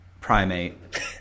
primate